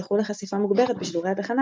וזכו לחשיפה מוגברת בשידורי התחנה,